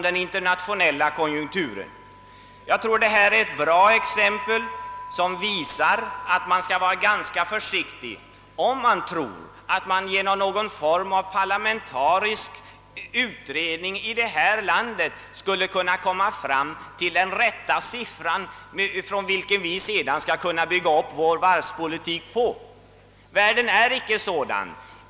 Jag tror att detta är ett bra exempel, som visar att vi bör vara ganska försiktiga med att tro att vi genom någon form av parlamentarisk utredning här i landet skulle kunna nå den rätta siffran, som vi sedan skulle kunna bygga upp vår varvspolitik på. Världen är icke sådan.